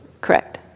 Correct